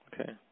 Okay